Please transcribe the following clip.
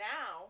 Now